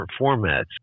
formats